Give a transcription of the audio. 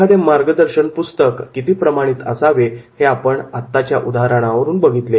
एखादे मार्गदर्शन पुस्तक किती प्रमाणित असावे हे आपण बघितले